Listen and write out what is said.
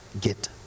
get